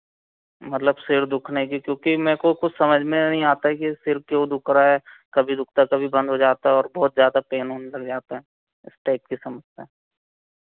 मतलब सिर दुखने की क्योंकि मैं को कुछ समझ में नहीं आता है कि सिर क्यों दुख रहा है कभी दुखता है कभी बंद हो जाता है और बहुत ज़्यादा पेन होने लग जाता है स्ट्रेस किस्म से